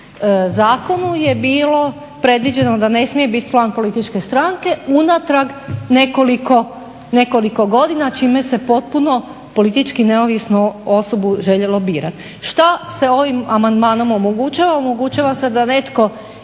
zakonu je bilo predviđeno da ne smije biti član političke stranke unatrag nekoliko godina čime se potpuno politički neovisnu osobu željelo birati. Šta se ovim amandmanom omogućava, omogućava se da netko